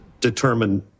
determine